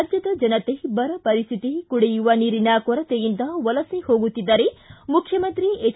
ರಾಜ್ವದ ಜನತೆ ಬರಪರಿಸ್ಟಿತಿ ಕುಡಿಯುವ ನೀರಿನ ಕೊರತೆಯಿಂದ ವಲಸೆ ಹೋಗುತ್ತಿದ್ದರೆ ಮುಖ್ಜಮಂತ್ರಿ ಎಚ್